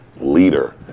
leader